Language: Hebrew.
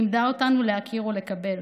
לימדה אותנו להכיר ולקבל.